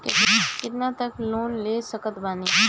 कितना तक लोन ले सकत बानी?